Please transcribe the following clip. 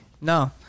No